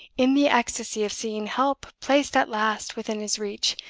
in the ecstasy of seeing help placed at last within his reach,